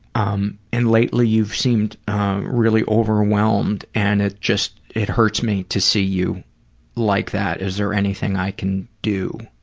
um and lately you've seemed really overwhelmed and it just it hurts me to see you like that. is there anything i can do?